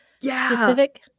specific